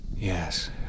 Yes